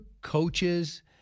coaches